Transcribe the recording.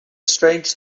strange